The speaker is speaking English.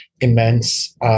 immense